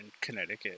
Connecticut